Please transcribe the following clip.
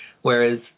Whereas